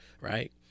right